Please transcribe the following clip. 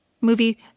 movie